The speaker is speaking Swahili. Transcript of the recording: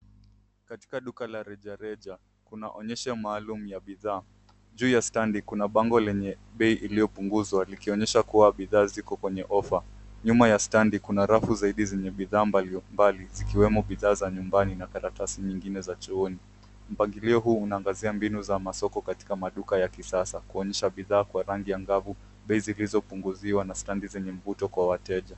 Katika duka la rejareja, kuna onyesho maalum ya bidhaa. Juu ya standi kuna bango lenye bei iliyopunguzwa likionyesha kuwa bidhaa ziko kwenye ofa. Nyuma ya standi kuna rafu zaidi zenye bidhaa mbalimbali zikiwemo bidhaa za nyumbani na taratasi nyingine za chooni. Mpangilio huu unaangazia mbinu za masoko katika maduka ya kisasa kuonyesha bidhaa kwa rangi angavu, bei zilizopunguziwa na standi zenye mvuto kwa wateja.